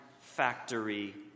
factory